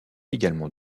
également